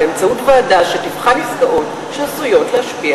באמצעות ועדה שתבחן עסקאות שעשויות להשפיע